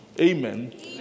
Amen